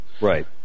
Right